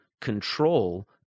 control